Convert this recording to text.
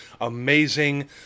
amazing